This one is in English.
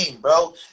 bro